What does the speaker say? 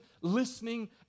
listening